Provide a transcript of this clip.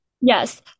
Yes